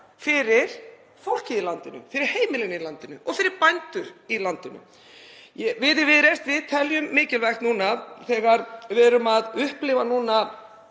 fyrir fólkið í landinu, fyrir heimilin í landinu og fyrir bændur í landinu. Við í Viðreisn teljum mikilvægt núna þegar við erum að upplifa